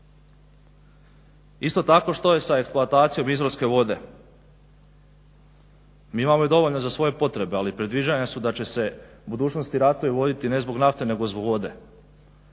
Isto tako što je sa eksploatacijom izvorske vode? Mi imamo dovoljno za svoje potrebe, ali predviđanja su da će se u budućnosti ratovi voditi ne zbog nafte nego zbog vode.